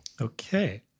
Okay